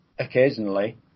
Occasionally